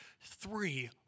three